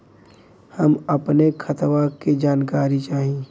हम अपने खतवा क जानकारी चाही?